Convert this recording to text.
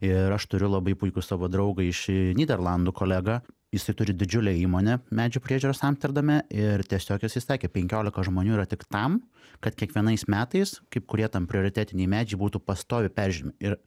ir aš turiu labai puikų savo draugą iš nyderlandų kolegą jisai turi didžiulę įmonę medžių priežiūros amsterdame ir tiesiog jisai sakė penkiolika žmonių yra tik tam kad kiekvienais metais kaip kurie tam prioritetiniai medžiai būtų pastoviai peržiūrimi ir